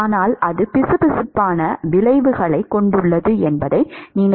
ஆனால் அது பிசுபிசுப்பான விளைவுகளைக் கொண்டுள்ளது என்பதை நினைவில் கொள்க